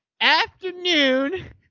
afternoon